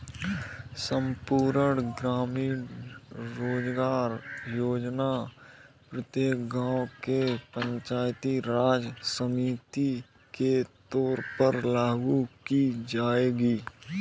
संपूर्ण ग्रामीण रोजगार योजना प्रत्येक गांव के पंचायती राज समिति के तौर पर लागू की जाएगी